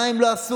מה הם לא עשו?